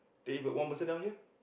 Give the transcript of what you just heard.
then if one person down here